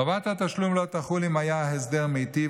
חובת התשלום לא תחול אם היה הסדר מיטיב